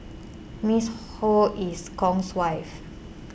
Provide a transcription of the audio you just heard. Ms Ho is Kong's wife